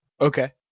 Okay